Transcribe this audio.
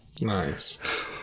Nice